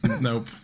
nope